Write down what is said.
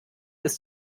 ist